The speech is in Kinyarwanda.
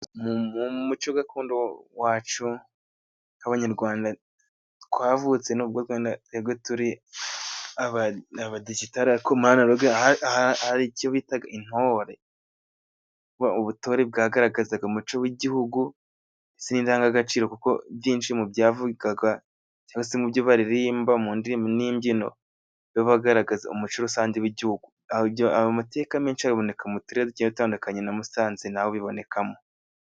Mu muco gakondo wacu nk'abanyarwanda twavutse nubwo turi abadgijitali ariko muri analoge hari icyo bitaga intore. Ubutore bwagaragazaga umuco w'igihugu z' indangagaciro kuko byinshi mu byavugwaga cyangwa se mubyo bariririmba mu ndimi n'imbyino bigaragaza umuco rusange w'igihugu. Amateka menshi aboneka mu turere tugiye dutandukanye na Musanze naho bibonekamo.